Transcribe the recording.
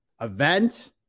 event